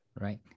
Right